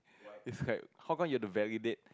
it's like how come you have to validate